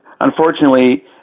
unfortunately